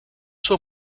sua